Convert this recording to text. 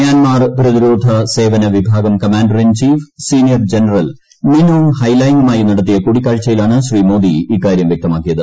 Myanmar പ്രതിരോധ സേവനവിഭാഗം commander in chief senior general Min Aung ഹെലൈങ്ങുമായി നടത്തിയ കൂടിക്കാഴ്ച്ചയ്ടിലാണ് ശ്രീ മോദി ഇക്കാര്യം വ്യക്തമാക്കിയത്